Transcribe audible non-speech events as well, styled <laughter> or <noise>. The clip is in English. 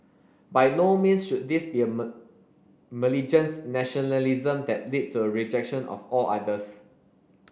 by no means should this be a <unintelligible> malignant nationalism that lead a rejection of all others